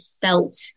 felt